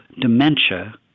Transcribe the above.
dementia